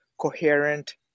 coherent